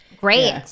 Great